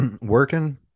Working